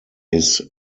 his